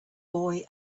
boy